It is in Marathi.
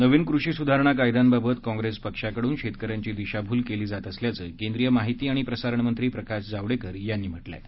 नवीन कृषी सुधारणा कायद्यांबाबत काँग्रेस पक्षाकडून शेतकऱ्यांची दिशाभूल केली जात असल्याचं केंद्रीय माहिती आणि प्रसारण मंत्री प्रकाश जावडेकर यांनी म्हटलं आहे